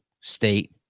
state